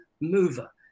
mover